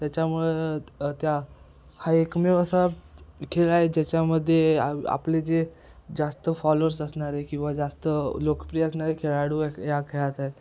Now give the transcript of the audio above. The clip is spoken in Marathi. त्याच्यामुळं त्या हा एकमेव असा खेळ आहे ज्याच्यामध्ये आ आपले जे जास्त फॉलोअर्स असणारे किंवा जास्त लोकप्रिय असणारे खेळाडू या खेळात आहेत